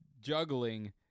juggling